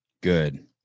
Good